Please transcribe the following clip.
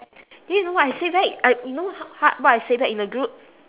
then you know what I say back I you know h~ ha what I say back in the group